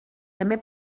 també